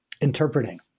interpreting